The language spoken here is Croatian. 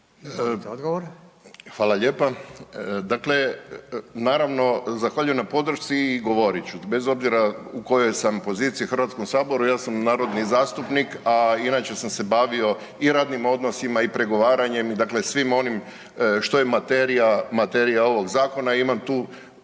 Hvala lijepa. Dakle, naravno zahvaljujem na podršci i govorit ću, bez obzira u kojoj sam poziciji u Hrvatskom saboru, ja sam narodni zastupnik a inače sam se bavio i radnim odnosima i pregovaranjem, dakle svim onim što je materija ovog zakona